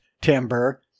timber